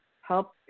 Help